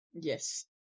yes